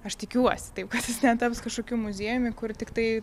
aš tikiuosi taip kad jis netaps kažkokiu muziejumi kur tiktai